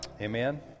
Amen